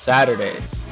Saturdays